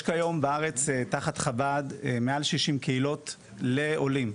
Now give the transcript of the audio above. יש כיום בארץ תחת חב"ד מעל 60 קהילות לעולים.